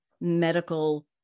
medical